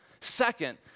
Second